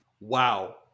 Wow